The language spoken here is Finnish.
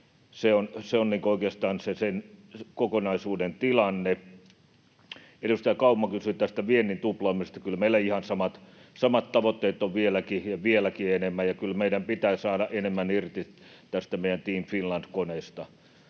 Se on oikeastaan sen kokonaisuuden tilanne. Edustaja Kauma kysyi tästä viennin tuplaamisesta. Kyllä meillä ihan samat tavoitteet on vieläkin ja vieläkin enemmän. Kyllä meidän pitää saada enemmän irti tästä meidän Team Finland -koneesta.